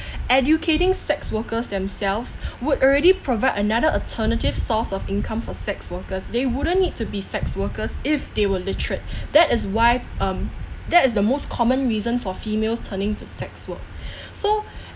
educating sex workers themselves would already provide another alternative source of income for sex workers they wouldn't need to be sex workers if they were literate that is why um that is the most common reason for females turning to sex work so